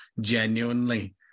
genuinely